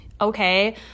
okay